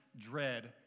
dread